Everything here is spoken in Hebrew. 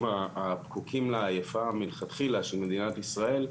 הפקוקים לעייפה מלכתחילה של מדינת ישראל,